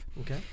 Okay